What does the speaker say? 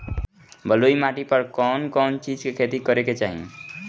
बलुई माटी पर कउन कउन चिज के खेती करे के चाही?